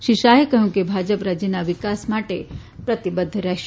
શ્રી શાહે કહ્યું કે ભા પ રાજ્યના વિકાસ માટે પ્રતિબદ્ધ રહેશે